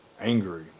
angry